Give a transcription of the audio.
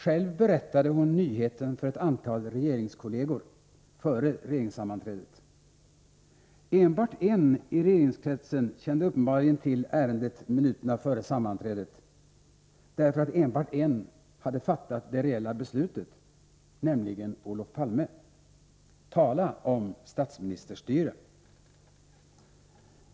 Själv berättade hon nyheten för ett antal regeringskolleger före regeringssammanträdet. Enbart en i regeringskretsen kände uppenbarligen till ärendet minuterna före sammanträdet. Enbart en hade fattat det reella beslutet, nämligen Olof Palme. Tala om statsministerstyre!